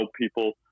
people